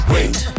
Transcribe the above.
Wait